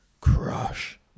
crush